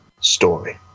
story